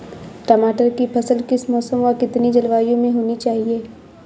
टमाटर की फसल किस मौसम व कितनी जलवायु में होनी चाहिए?